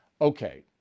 Okay